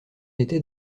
était